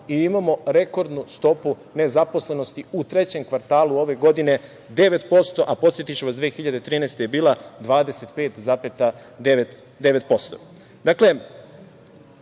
i imamo rekordnu stopu nezaposlenosti u trećem kvartalu ove godine 9%, a podsetiću vas 2013. godine je